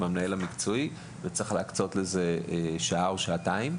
המנהל המקצועי צריך להקצות שעה או שעתיים,